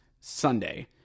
Sunday